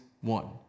one